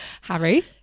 Harry